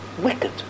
wicked